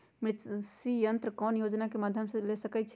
कृषि यंत्र कौन योजना के माध्यम से ले सकैछिए?